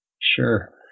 Sure